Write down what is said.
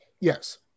Yes